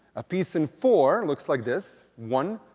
a piece in four looks like this one,